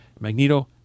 Magneto